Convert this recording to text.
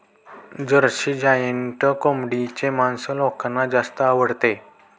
Jersey giant कोंबडीचे मांस लोकांना जास्त आवडते